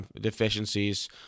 deficiencies